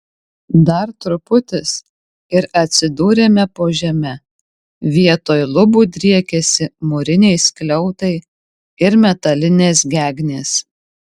dar truputis ir atsidūrėme po žeme vietoj lubų driekėsi mūriniai skliautai ir metalinės gegnės